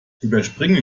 überspringen